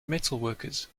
metalworkers